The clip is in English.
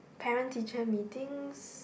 parent teacher Meetings